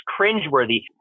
cringeworthy